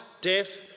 death